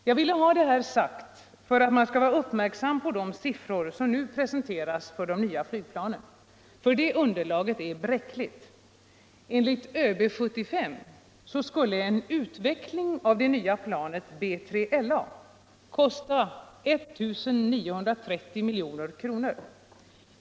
Jag ville ha det här sagt för att man skall vara uppmärksam på de siffror som nu bresenleras för de nya flygplanen. Underlaget är nämligen bräckligt. Enligt ÖB 75 skulle en utveckling av det. nya planet BILA kosta 1930 milj.kr.